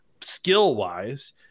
skill-wise –